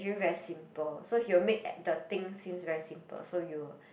theory very simple so he will make that the thing seems very simple so you will